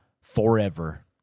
forever